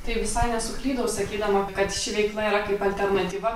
tai visai nesuklydau sakydama kad ši veikla yra kaip alternatyva